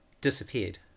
disappeared